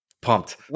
Pumped